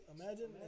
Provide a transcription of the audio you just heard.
Imagine